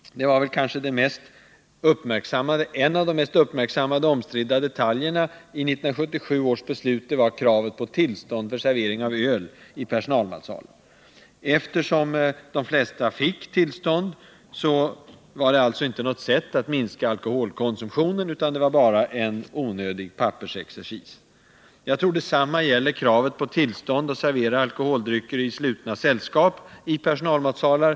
En av de mest uppmärksammade och omstridda detaljerna i 1977 års beslut var kravet på tillstånd för servering av öl i personalmatsalar. Eftersom de flesta personalmatsalar fick tillstånd var detta inte något sätt att minska alkoholkonsumtionen, utan det medförde bara en onödig pappersexercis. Jag tror att detsamma gäller kravet på tillstånd för att servera alkoholdrycker i personalmatsalar till slutna sällskap.